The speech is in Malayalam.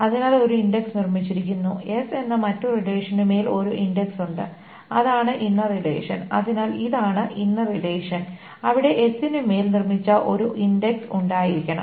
അതിനാൽ ഒരു ഇൻഡെക്സ് നിർമ്മിച്ചിരിക്കുന്നു s എന്ന മറ്റു റിലേഷന് മേൽ ഒരു ഇൻഡെക്സ് ഉണ്ട് അതാണ് ഇന്നർ റിലേഷൻ അതിനാൽ ഇതാണ് ഇന്നർ റിലേഷൻ അവിടെ s നു മേൽ നിർമ്മിച്ച ഒരു ഇൻഡെക്സ് ഉണ്ടായിരിക്കണം